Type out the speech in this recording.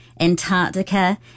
Antarctica